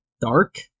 dark